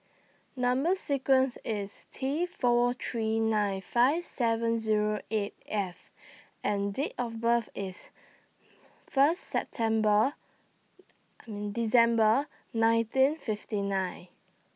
Number sequence IS T four three nine five seven Zero eight F and Date of birth IS First September December nineteen fifty nine